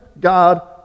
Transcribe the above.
God